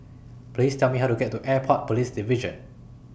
Please Tell Me How to get to Airport Police Division